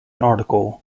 article